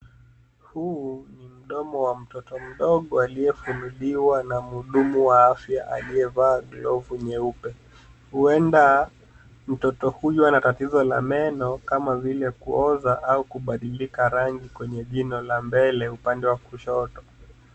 Huu ni mdomo wa mtoto mdogo aliyefunuliwa na muudumu wa afya aliyevaa glovu nyeupe. Huenda mtoto huyu anatatizo la meno kama vile kuoza au kubadilika rangi kwenye jino la mbele upande wa kushoto.